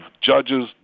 judges